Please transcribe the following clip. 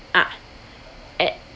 ah at